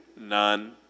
none